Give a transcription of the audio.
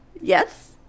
Yes